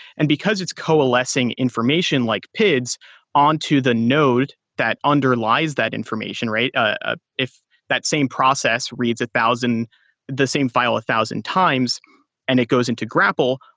and because it's coalescing information like pids on to the node that underlies that information, ah if that same process reads a thousand the same file a thousand times and it goes into grapl,